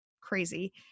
crazy